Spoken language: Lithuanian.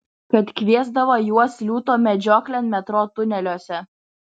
kad kviesdavo juos liūto medžioklėn metro tuneliuose